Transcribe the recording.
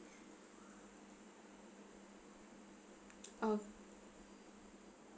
of